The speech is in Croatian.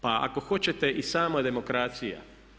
Pa ako hoćete i sama demokracija.